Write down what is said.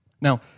Now